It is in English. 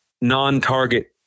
non-target